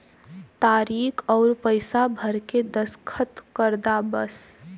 तारीक अउर पइसा भर के दस्खत कर दा बस